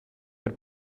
per